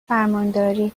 فرمانداری